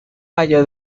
valle